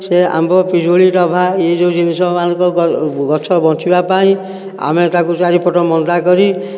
ସେ ଆମ୍ବ ପିଜୁଳି ଟଭା ଏ ଯେଉଁ ଜିନିଷ ମାନଙ୍କ ଗଛ ବଞ୍ଚିବା ପାଇଁ ଆମେ ତାକୁ ଚାରିପଟ ମନ୍ଦା କରି